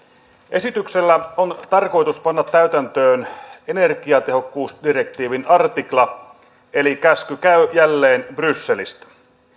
esityksellä on tarkoitus panna täytäntöön energiatehokkuusdirektiivin artikla eli käsky käy jälleen brysselistä